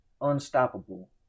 unstoppable